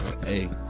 hey